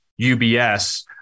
UBS